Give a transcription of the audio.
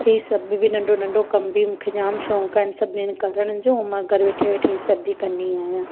हीअ सभु बि बि नंढो नंढो कम बि मूंखे जाम शौंक़ु आहनि सभिनीनि करण जो ऐं मां घरु वेठे वेठे हीअ सभु बि कंदी आहियां